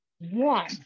one